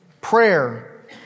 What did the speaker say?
prayer